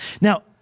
Now